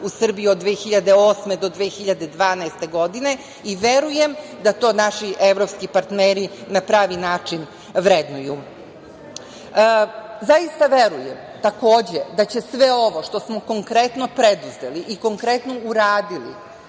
u Srbiji od 2008. do 2012. godine. Verujem da to naši evropski partneri na pravi način vrednuju. Takođe, zaista verujem da će sve ovo, što smo konkretno preduzeli i konkretno uradili,